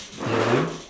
hello